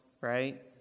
right